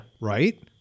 right